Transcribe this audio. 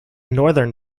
northern